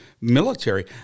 military